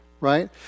Right